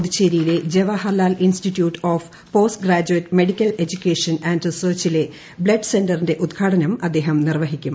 പുതുച്ചേരിയിലെ Jawaharlal institute of post graduate medical education and റിസർച്ചിലെ JIPMER blood സെന്ററിന്റെ ഉദ്ഘാടനം അദ്ദേഹം നിർവ്വഹിക്കും